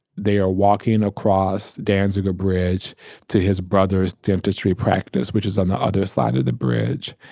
they're walking across danziger bridge to his brother's dentistry practice, which is on the other side of the bridge.